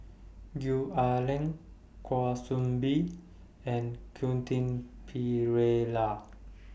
Gwee Ah Leng Kwa Soon Bee and Quentin Pereira